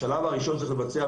השלב הראשון שצריך לבצע,